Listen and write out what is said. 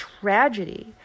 tragedy